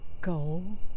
Go